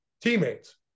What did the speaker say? teammates